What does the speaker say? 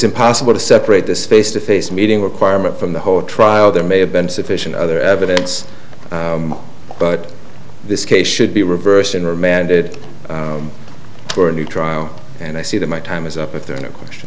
impossible to separate this face to face meeting requirement from the whole trial there may have been sufficient other evidence but this case should be reversed and remanded for a new trial and i see that my time is up with their question